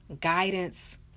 guidance